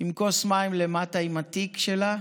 עם כוס מים למטה עם התיק שלה,